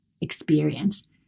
experience